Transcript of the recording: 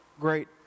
great